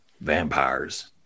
vampires